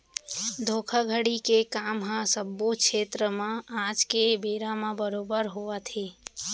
धोखाघड़ी के काम ह सब्बो छेत्र म आज के बेरा म बरोबर होवत हे